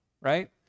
right